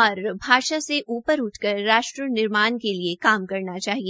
और भाषा से ऊपर उठ कर राष्ट्र निर्माण के लिए काम करना चाहिए